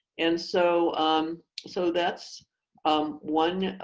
and so um so that's um one a